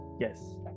yes